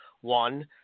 One